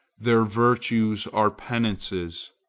their virtues are penances.